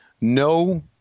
no